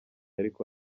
ariko